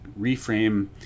reframe